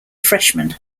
freshman